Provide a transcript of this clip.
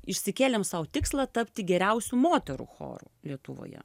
išsikėlėm sau tikslą tapti geriausiu moterų choru lietuvoje